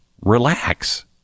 Relax